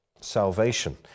salvation